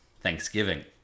Thanksgiving